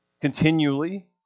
continually